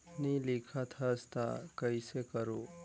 नी लिखत हस ता कइसे करू?